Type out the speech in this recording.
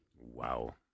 Wow